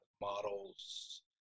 models